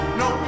no